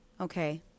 Okay